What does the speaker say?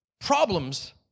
Problems